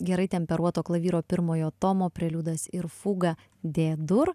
gerai temperuoto klavyro pirmojo tomo preliudas ir fuga dė dur